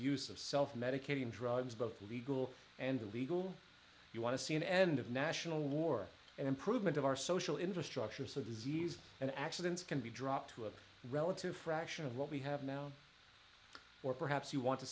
use of self medicating drugs both legal and illegal you want to see an end of national war and improvement of our social infrastructure so disease and accidents can be dropped to a relative fraction of what we have now or perhaps you want to